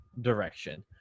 direction